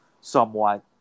somewhat